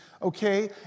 okay